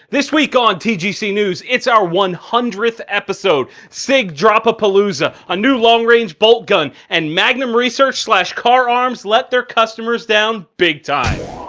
this week on tgc news, its our one hundredth episode! sig dropapalooza, a new long range bolt gun, and magnum research kahr arms let their customers down bigtime!